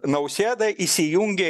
nausėdai įsijungė